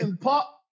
Pop